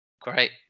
great